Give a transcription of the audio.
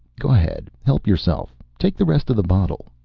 go ahead. help yourself. take the rest of the bottle.